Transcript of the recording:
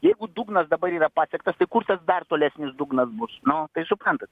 jeigu dugnas dabar yra pasiektas tai kur tas dar tolesnis dugnas bus nu suprantat